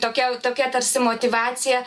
tokia tokia tarsi motyvacija